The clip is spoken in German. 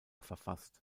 verfasst